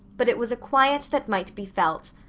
but it was a quiet that might be felt.